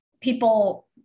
people